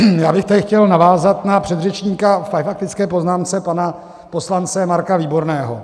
Já bych chtěl navázat na předřečníka ve faktické poznámce, pana poslance Marka Výborného.